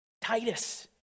Titus